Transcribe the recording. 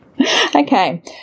Okay